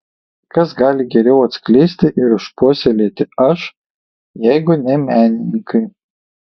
kas gali geriau atskleisti ir išpuoselėti aš jeigu ne menininkai